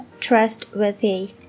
trustworthy